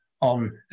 on